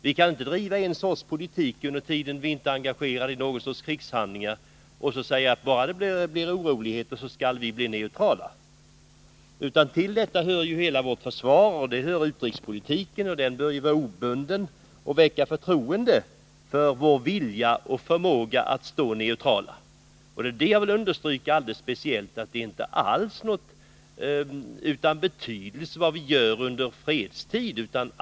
Vi kan inte bara driva en sorts politik medan vi inte är engagerade i några krigshandlingar och säga att om det blir oroligheter skall vi bli neutrala. Till bilden hör ju hela vårt försvar och vår utrikespolitik — som ju bör vara obunden och väcka förtroende för vår vilja och förmåga att stå neutrala. Jag vill alldeles speciellt understryka att det inte alls är utan betydelse vad vi gör under fredstid.